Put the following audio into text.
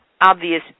obvious